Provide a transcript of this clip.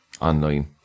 Online